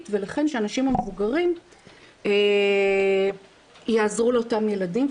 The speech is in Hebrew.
ולכן שהאנשים המבוגרים יעזרו לאותם ילדים,